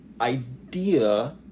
idea